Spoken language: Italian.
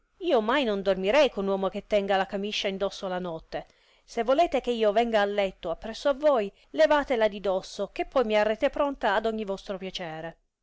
io mai non dormirei con uomo che tenga la camiscia in dosso la notte se volete che io venga a letto appresso a voi levatela di dosso che poi mi arrete pronta ad ogni vostro piacere